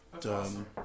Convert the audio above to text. Done